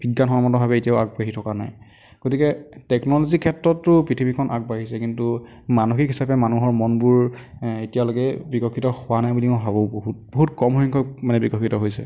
বিজ্ঞানসন্মতভাৱে এতিয়াও আগবাঢ়ি থকা নাই গতিকে টেকন'লজিৰ ক্ষেত্ৰততো পৃথিৱীখন আগবাঢ়িছে কিন্তু মানসিক হিচাপে মানুহৰ মনবোৰ এতিয়ালৈকে বিকশিত হোৱা নাই বুলি মই ভাবোঁ বহুত বহুত কম সংখ্যক মানে বিকশিত হৈছে